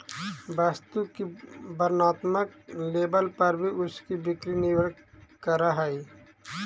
वस्तु की वर्णात्मक लेबल पर भी उसकी बिक्री निर्भर करअ हई